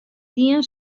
dien